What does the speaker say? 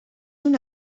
una